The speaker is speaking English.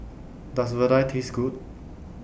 Does Vadai Taste Good